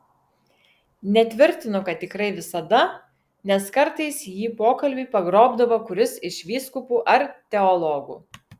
netvirtinu kad tikrai visada nes kartais jį pokalbiui pagrobdavo kuris iš vyskupų ar teologų